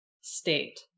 state